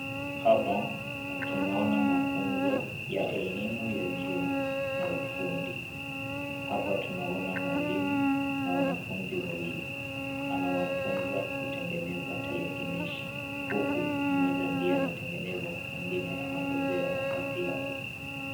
Hapa tunaona mafunzo ya elimu ya juu na ufundi hapa tunaona mwalimu na wanafunzi wawili anawafunza kutengeneza telekinishi huku mmoja ndiye anatengeneza mwingine anagojea nafasi yake.